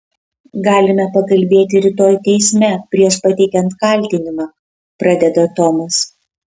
galime pakalbėti rytoj teisme prieš pateikiant kaltinimą pradeda tomas